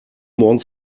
morgen